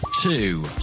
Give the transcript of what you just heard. Two